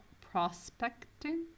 prospecting